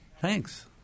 Thanks